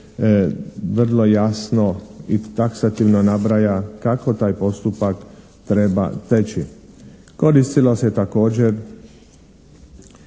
vrlo jasno i taksativno nabraja kako taj postupak treba teći? Koristilo se također